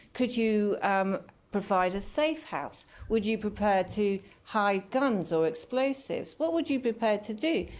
could you provide a safe house? would you prepare to hide guns or explosives? what would you prepare to do?